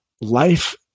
life